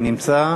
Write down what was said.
נמצא?